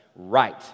right